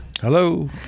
Hello